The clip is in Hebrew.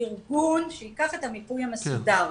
ארגון שייקח את המיפוי המסודר.